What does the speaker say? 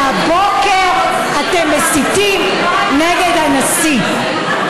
והבוקר אתם מסיתים נגד הנשיא.